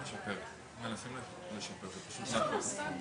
יש פה נזק כלכלי,